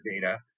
data